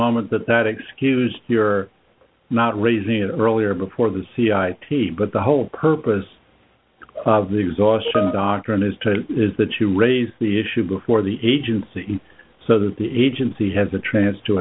moment that that excuse you're not raising it earlier before the c i t but the whole purpose of the exhaustion doctrine is to is that you raise the issue before the agency so that the agency has a chance to